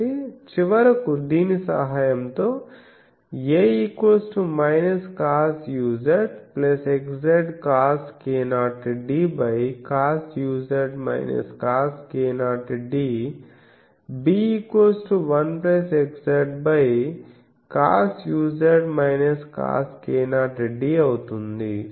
కాబట్టి చివరకు దీని సహాయంతో a cosuz xz cos k0 d b1 xz అవుతుంది